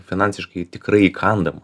finansiškai tikrai įkandama